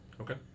Okay